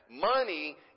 Money